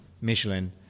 Michelin